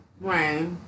right